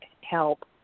help